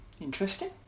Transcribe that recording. interesting